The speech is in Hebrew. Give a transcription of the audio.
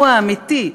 הוא האמיתי.